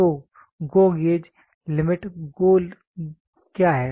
तो GO gauge limit क्या है